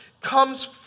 comes